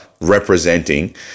representing